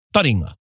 Taringa